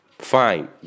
fine